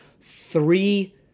three